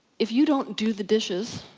you don't do the dishes,